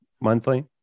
monthly